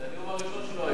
זה הנאום הראשון שלו היום.